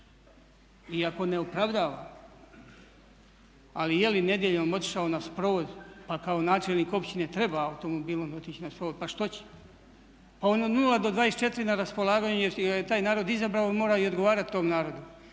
iako ne opravdavam, ali je li nedjeljom otišao na sprovod, pa kao načelnik općine treba automobilom otići na sprovod. Pa što će? Pa od nula do 24 na raspolaganju je jer ga je taj narod izabrao, on mora i odgovarati tom narodu